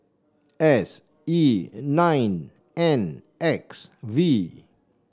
S E nine N X V